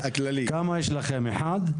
כמה יש לכם אחד?